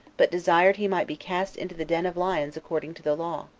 but desired he might be cast into the den of lions according to the law.